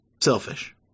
Selfish